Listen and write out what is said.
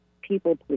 people